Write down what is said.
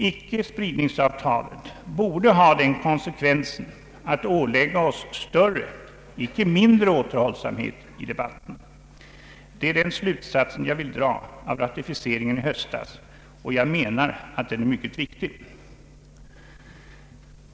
Icke-spridningsavtalet borde ha den konsekvensen att ålägga oss större, icke mindre, återhållsamhet i debatten. Det är denna slutsats jag vill dra av ratificeringen i höstas, och jag menar att den är mycket viktig.